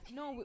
no